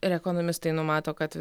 ir ekonomistai numato kad